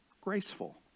graceful